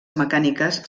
mecàniques